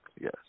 yes